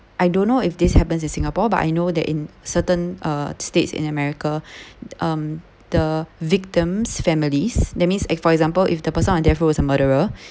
I don't know if this happens in singapore but I know that in certain uh states in america um the victims' families that means like for example if the person on death row is a murderer